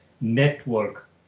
network